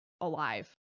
alive